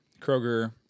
Kroger